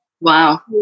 Wow